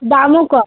দামও কম